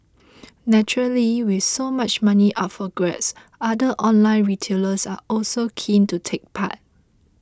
naturally with so much money up for grabs other online retailers are also keen to take part